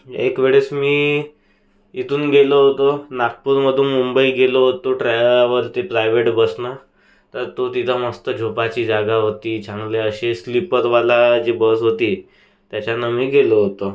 एक वेळेस मी इथून गेलो होतो नागपूरमधून मुंबई गेलो होतो ट्रॅवल ते प्रायव्हेट बसनं तर तो तिथं मस्त झोपायची जागा होती चांगले असे स्लीपरवाला जी बस होती त्याच्यानं मी गेलो होतो